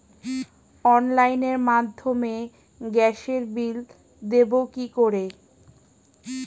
অনলাইনের মাধ্যমে গ্যাসের বিল দেবো কি করে?